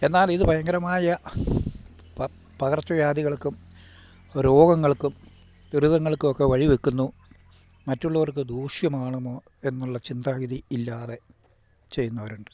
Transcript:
എന്നാൽ ഇതു ഭയങ്കരമായ പകർച്ച വ്യാധികൾക്കും രോഗങ്ങൾക്കും ദുരിതങ്ങൾക്കുമൊക്കെ വഴി വെക്കുന്നു മറ്റുള്ളവർക്ക് ദൂഷ്യമാണെന്നോ എന്നുള്ള ചിന്താഗതി ഇല്ലാതെ ചെയ്യുന്നവരുണ്ട്